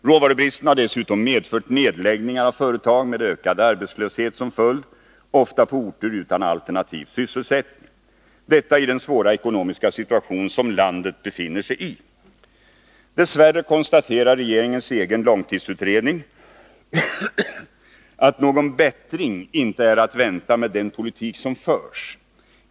Råvarubristen har dessutom medfört nedläggningar av företag med ökad arbetslöshet som följd, ofta på orter utan alternativ sysselsättning. Detta sker i den svåra ekonomiska situation som landet befinner sig i. Dess värre konstaterar regeringens egen långtidsutredning att någon bättring inte är att vänta med den politik som förs.